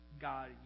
God